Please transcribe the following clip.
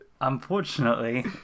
Unfortunately